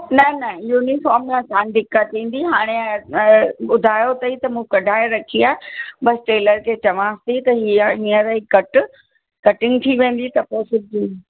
न न युनिफॉम लाइ कोन दिक़त ईंदी हाणे ॿुधायो अथई त मूं कढाए रखी आहे बसि टेलर खे चवांस थी त हीअ हींअर ई कट कटिंग थी वेंदी त पोइ सिबजी